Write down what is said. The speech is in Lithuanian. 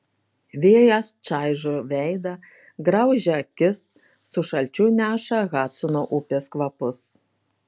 vėjas čaižo veidą graužia akis su šalčiu neša hadsono upės kvapus